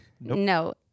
No